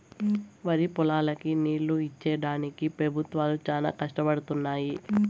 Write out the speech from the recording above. వరిపొలాలకి నీళ్ళు ఇచ్చేడానికి పెబుత్వాలు చానా కష్టపడుతున్నయ్యి